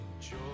joy